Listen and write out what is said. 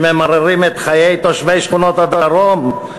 שממררים את חיי תושבי שכונות הדרום?